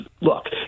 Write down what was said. look